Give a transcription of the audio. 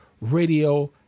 Radio